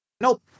nope